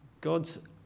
God's